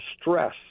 stress